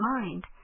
mind